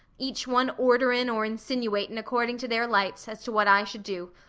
each one orderin' or insinuatin' according to their lights, as to what i should do.